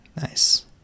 Nice